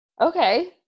Okay